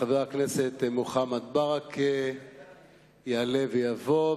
חבר הכנסת מוחמד ברכה יעלה ויבוא.